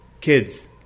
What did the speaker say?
Kids